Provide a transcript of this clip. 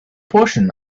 portion